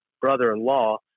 brother-in-law